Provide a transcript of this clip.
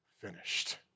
finished